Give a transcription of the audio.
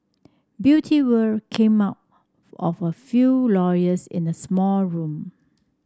Beauty World came out of a few lawyers in a small room